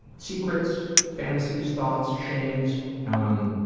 and secrets, fantasies, thoughts, shames, um,